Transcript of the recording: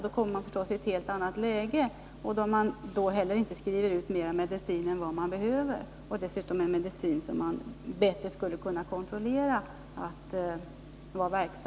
Då kommer man förstås i ett helt annat läge. Då kommer det heller inte att skrivas ut mer läkemedel än vad patienten behöver — dessutom skriver man ut medicin vars verkan man bättre kan kontrollera.